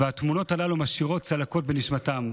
והתמונות הללו משאירות צלקות בנשמתם.